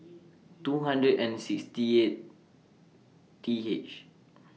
two hundred and sixty eight T H